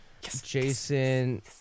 Jason